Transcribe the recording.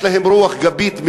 יש להן רוח גבית מפה,